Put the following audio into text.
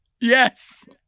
Yes